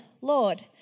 Lord